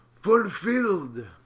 fulfilled